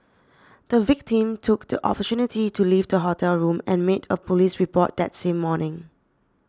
the victim took the opportunity to leave the hotel room and made a police report that same morning